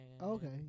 okay